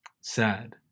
Sad